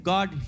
God